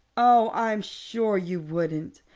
oh, i am sure you wouldn't.